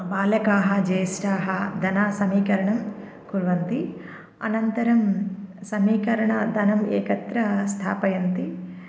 बालकाः जेष्ठाः धनसमीकरणं कुर्वन्ति अनन्तरं समीकरणधनम् एकत्र स्थापयन्ति